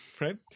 right